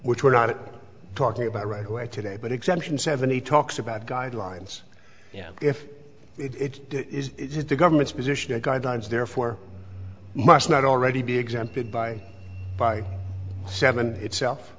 which we're not talking about right away today but exemption seventy talks about guidelines yeah if it is it is the government's position to guidelines therefore must not already be exempted by seven itself